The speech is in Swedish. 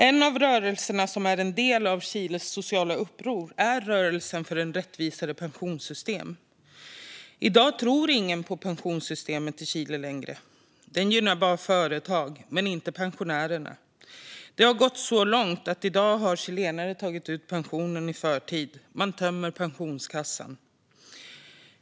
En av rörelserna som är en del av Chiles sociala uppror är rörelsen för ett rättvisare pensionssystem. I dag tror ingen längre på pensionssystemet i Chile. Det gynnar bara företag, inte pensionärerna. Det har gått så långt att chilenare har tagit ut sin pension i förtid. Man tömmer pensionskassan.